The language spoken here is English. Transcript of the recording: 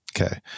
okay